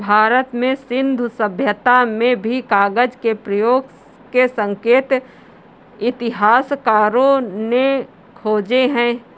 भारत में सिन्धु सभ्यता में भी कागज के प्रयोग के संकेत इतिहासकारों ने खोजे हैं